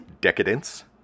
Decadence